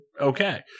okay